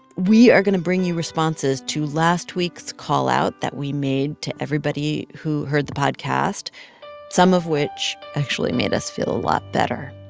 we are going to bring you responses to last week's call-out that we made to everybody who heard the podcast some of which actually made us feel a lot better.